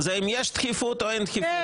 -- זה האם יש דחיפות או אין דחיפות.